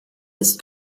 ist